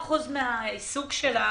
50% מהעיסוק שלה